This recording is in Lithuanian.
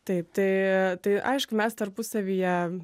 taip tai tai aišku mes tarpusavyje